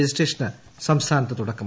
registration സംസ്ഥാനത്ത് തുടക്കമായി